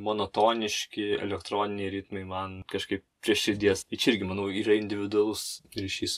monotoniški elektroniniai ritmai man kažkaip prie širdies tai čia irgi manau yra individualus ryšys